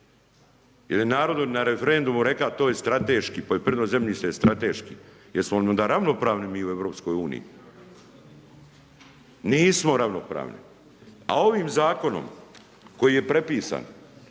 Jer je narod na referendumu, tu je strateški, poljoprivredno zemljište je strateški, jel smo onda ravnopravni mi u EU? Nismo ravnopravni, a ovim zakonom koji je prepisan,